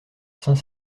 saint